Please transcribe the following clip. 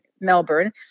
Melbourne